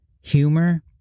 humor